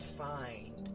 find